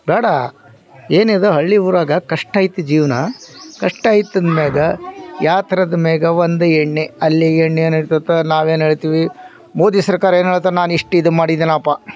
ಬೇಡ ಏನಿದು ಹಳ್ಳಿ ಊರಾಗ ಕಷ್ಟ ಅಯ್ತಿ ಜೀವನ ಕಷ್ಟ ಅಯ್ತಿ ಅಂದಾಗ ಯಾತರದ್ದು ಮೇಲೆ ಒಂದು ಎಣ್ಣೆ ಅಲ್ಲಿ ಎಣ್ಣೆ ಏನು ಇರ್ತದೆ ನಾವೇನು ಹೇಳ್ತೀವಿ ಮೋದಿ ಸರ್ಕಾರ ಏನು ಹೇಳುತ್ತೆ ನಾನು ಇಷ್ಟು ಇದು ಮಾಡಿದೆನಪ್ಪ